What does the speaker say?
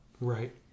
Right